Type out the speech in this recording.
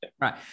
right